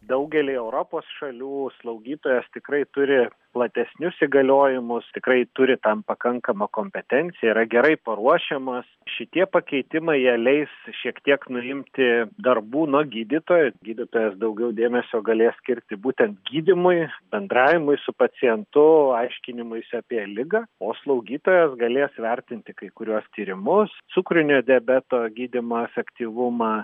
daugely europos šalių slaugytojas tikrai turi platesnius įgaliojimus tikrai turi tam pakankamą kompetenciją yra gerai paruošiamas šitie pakeitimai jie leis šiek tiek nuimti darbų nuo gydytojo gydytojas daugiau dėmesio galės skirti būtent gydymui bendravimui su pacientu aiškinimuisi apie ligą o slaugytojos galės vertinti kai kuriuos tyrimus cukrinio diabeto gydymo efektyvumą